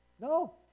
No